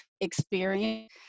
experience